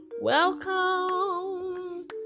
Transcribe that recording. Welcome